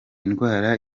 indwara